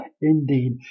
Indeed